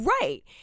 Right